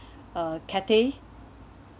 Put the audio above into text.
uh cathay